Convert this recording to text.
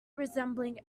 resembling